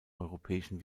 europäischen